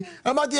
גיא,